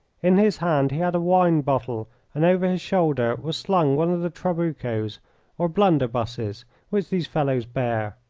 in his hand he had a wine-bottle and over his shoulder was slung one of the trabucos or blunderbusses which these fellows bear.